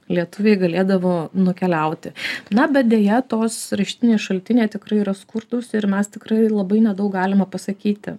lietuviai galėdavo nukeliauti na bet deja tos rašytiniai šaltiniai tikrai yra skurdūs ir mes tikrai labai nedaug galime pasakyti